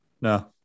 no